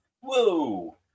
Whoa